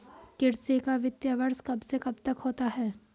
कृषि का वित्तीय वर्ष कब से कब तक होता है?